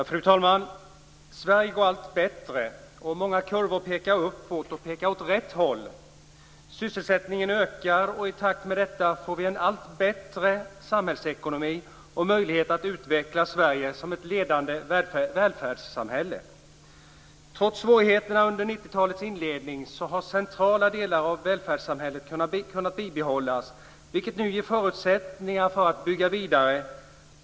Fru talman! Sverige går allt bättre. Många kurvor pekar uppåt, åt rätt håll. Sysselsättningen ökar, och i takt med detta får vi en allt bättre samhällsekonomi och möjlighet att utveckla Sverige som ett ledande välfärdssamhälle. Trots svårigheterna under 90-talets inledning har centrala delar av välfärdssamhället kunnat bibehållas, vilket nu ger förutsättningar för att bygga vidare.